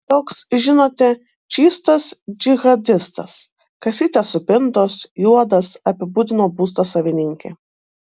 toks žinote čystas džihadistas kasytės supintos juodas apibūdino būsto savininkė